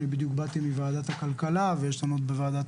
אני בדיוק באתי מוועדת הכלכלה ויש לנו עוד בוועדת